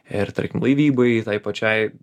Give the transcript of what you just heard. ir tarkim laivybai tai pačiai